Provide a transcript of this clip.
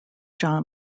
john